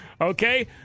Okay